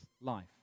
life